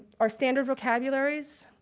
our standard vocabularies,